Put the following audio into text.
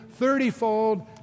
thirtyfold